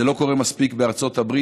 זה לא קורה מספיק בארצות הברית.